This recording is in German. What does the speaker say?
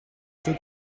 zur